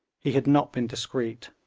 he had not been discreet,